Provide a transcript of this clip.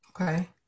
Okay